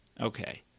Okay